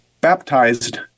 baptized